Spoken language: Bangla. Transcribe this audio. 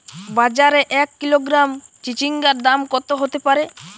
বাজারে এক কিলোগ্রাম চিচিঙ্গার দাম কত হতে পারে?